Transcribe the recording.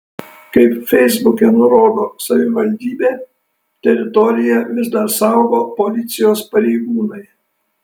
kaip feisbuke nurodo savivaldybė teritoriją vis dar saugo policijos pareigūnai